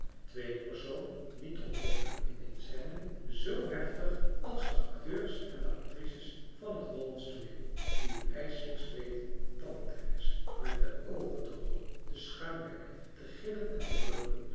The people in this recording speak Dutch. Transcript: tweede persoon niet onmogelijk in een scène z heftig als de acteurs en de actrices van het hollandsch tooneel die het ijselijkst weten tanden te knersen met de oogen te rollen te schuimbekken te gillen en te brullen